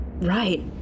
right